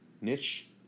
niche